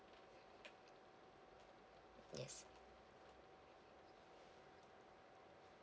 yes